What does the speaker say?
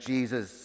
Jesus